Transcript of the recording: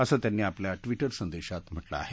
असं त्यांनी आपल्या ट्विटर संदेशात म्हटलं आहे